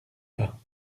pas